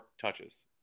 touches